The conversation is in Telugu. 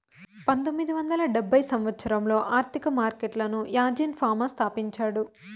పంతొమ్మిది వందల డెబ్భై సంవచ్చరంలో ఆర్థిక మార్కెట్లను యాజీన్ ఫామా స్థాపించాడు